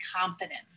confidence